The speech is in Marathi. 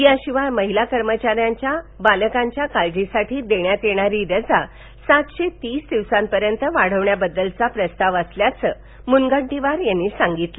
याशिवाय महिला कर्मचाऱ्यांना बालकाच्या काळजीसाठी देण्यात येणारी रजा सातशे तीस दिवसांपर्यंत वाढवण्याबद्दलच्या प्रस्तावही विचाराधीन असल्याचं मुनगंटीवार यांनी सांगितलं